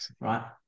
right